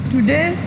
Today